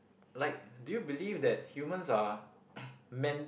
like do you believe that humans are meant